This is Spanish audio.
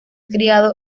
criado